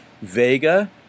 Vega